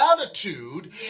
attitude